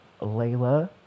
Layla